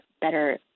better